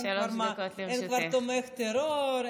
אין כבר תומך טרור,